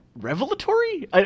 revelatory